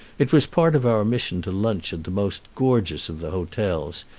it was part of our mission to lunch at the most gorgeous of the hotels,